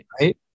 Right